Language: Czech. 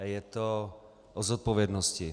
Je to o zodpovědnosti.